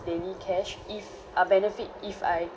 daily cash if I'll benefit if I